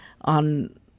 on